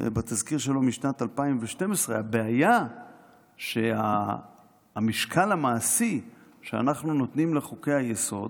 בתזכיר שלו משנת 2012. הבעיה שהמשקל המעשי שאנחנו נותנים לחוקי-היסוד